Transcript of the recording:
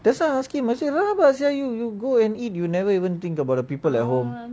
that's why I ask him I say rabak sia you you go and eat you never even think about the people at home